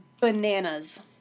bananas